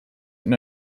with